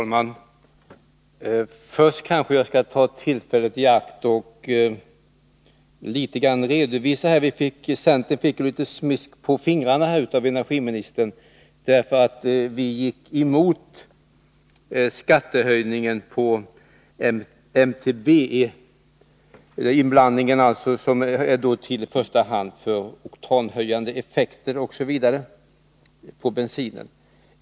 Fru talman! Först kanske jag skall ta tillfället i akt att göra en liten redovisning. Centern fick smisk på fingrarna av energiministern för att vi gick emot skattehöjningen på MTBE, som används för att höja oktantalet på bensin.